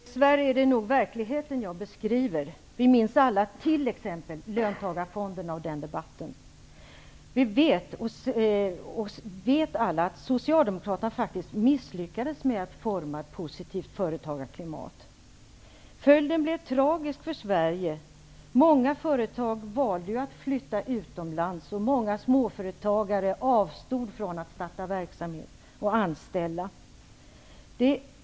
Herr talman! Dess värre är det verkligheten jag beskriver. Vi minns alla t.ex. löntagarfondsdebatten. Vi vet alla att socialdemokraterna faktiskt misslyckades med att forma ett positivt företagarklimat. Följden blev tragisk för Sverige. Många företag valde att flytta utomlands. Många småföretagare avstod från att starta verksamhet och anställa.